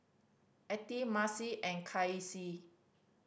Attie Macy and Kasey